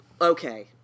okay